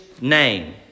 name